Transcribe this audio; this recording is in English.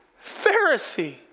Pharisee